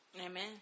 Amen